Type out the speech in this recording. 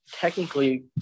technically